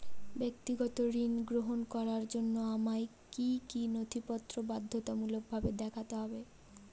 ব্যক্তিগত ঋণ গ্রহণ করার জন্য আমায় কি কী নথিপত্র বাধ্যতামূলকভাবে দেখাতে হবে?